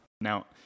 Now